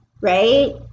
right